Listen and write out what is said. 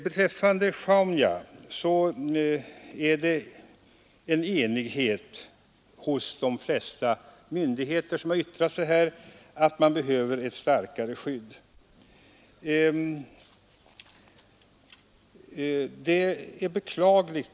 Beträffande Sjaunja är de flesta myndigheter som har yttrat sig eniga om att det behövs ett starkare skydd.